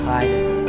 Kindness